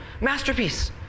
Masterpiece